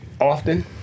often